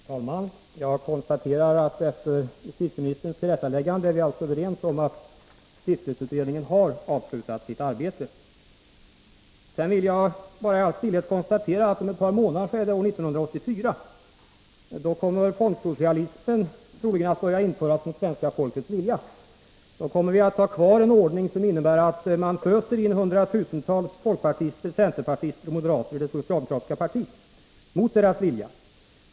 Herr talman! Jag konstaterar, efter justitieministerns tillrättaläggande, att vi alltså är överens om att stiftelseutredningen har avslutat sitt arbete. Sedan vill jag bara i all stillhet konstatera, att om ett par månader är det år 1984. Då kommer fondsocialismen troligen att börja införas mot svenska folkets vilja. Då kommer vi att ha kvar en ordning som innebär att man föser in hundratusentals folkpartister, centerpartister och moderater i det socialdemokratiska partiet — mot deras vilja.